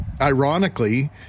ironically